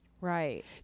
right